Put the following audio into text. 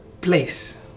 place